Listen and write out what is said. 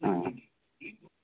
ఆ